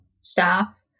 staff